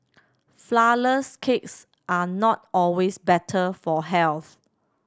cakes are not always better for health